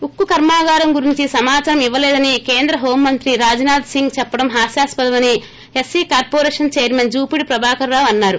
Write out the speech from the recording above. ఉక్కు కర్మాగారం గురించి సమాదారం ఇవ్వలేదని కేంద్ర హోం మంత్రి రాజ్నాధ్సింగ్ చెప్పడం హాస్యాస్పదమని SP corporation chairman Jupudi Prabhakar Rao అన్నారు